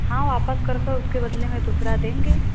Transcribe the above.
हाँ वापस कर कर उसके बदले में दूसरा देंगे